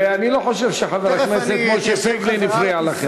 אני לא חושב שחבר הכנסת משה פייגלין הפריע לכם.